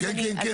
כן, כן.